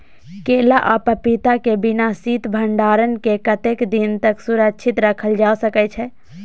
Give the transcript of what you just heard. केला आ पपीता के बिना शीत भंडारण के कतेक दिन तक सुरक्षित रखल जा सकै छै?